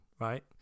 right